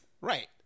Right